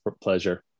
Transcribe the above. pleasure